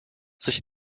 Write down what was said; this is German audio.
sich